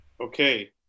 Okay